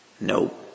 Nope